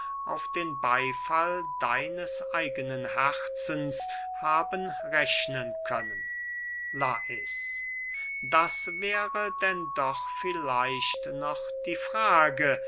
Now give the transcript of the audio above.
auf den beyfall deines eigenen herzens haben rechnen können lais das wäre denn doch vielleicht noch die frage